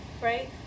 right